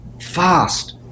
fast